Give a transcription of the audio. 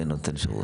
נותן שירות?